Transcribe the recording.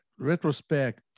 Retrospect